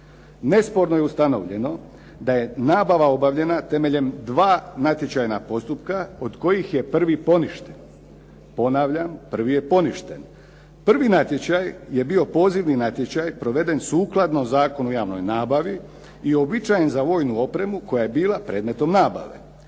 Nesporno je ustanovljeno da je nabava obavljena temeljem dva natječajna postupka od kojih je prvi poništen. Ponavljam, prvi je poništene. Prvi natječaj je bio pozivni natječaj proveden sukladno Zakonu o javnoj nabavi i uobičajen za vojnu opremu koja je bila predmetom nabave.